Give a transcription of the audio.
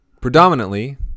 predominantly